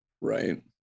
Right